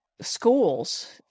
schools